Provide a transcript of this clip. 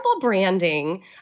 branding